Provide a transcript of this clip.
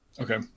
Okay